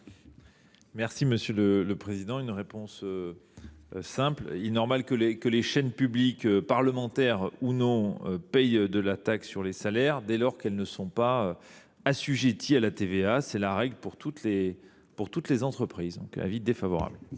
du Gouvernement ? Ma réponse sera simple. Il est normal que les chaînes publiques, parlementaires ou non, s’acquittent de la taxe sur les salaires dès lors qu’elles ne sont pas assujetties à la TVA. C’est la règle pour toutes les entreprises. Avis défavorable.